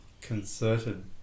concerted